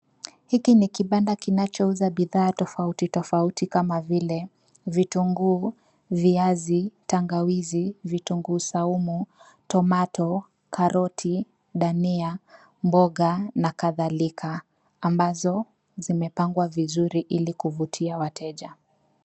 Hiki ni kibanda kinachouza bidhaa tofauti tofauti kama vile vitunguu ,viazi, tangawizi, vitunguu saumu,(cs)tomato(cs),karoti, ndania, mboga na kadhalika ambazo zimepangwa vizuri ili kuvutia wateja.